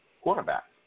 quarterback